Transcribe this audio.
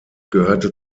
gehörte